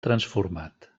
transformat